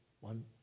One